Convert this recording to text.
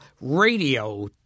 radio